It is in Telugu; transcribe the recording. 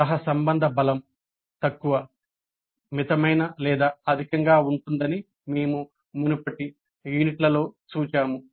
సహసంబంధ బలం తక్కువ మితమైన లేదా అధికంగా ఉంటుందని మేము మునుపటి యూనిట్లలో చూశాము